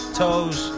toes